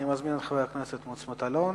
אני מזמין את חבר הכנסת מוץ מטלון.